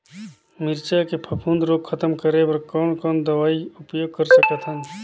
मिरचा के फफूंद रोग खतम करे बर कौन कौन दवई उपयोग कर सकत हन?